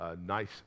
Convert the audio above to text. Nice